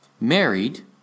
married